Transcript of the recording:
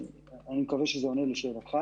אני מקווה שזה עונה לשאלתך.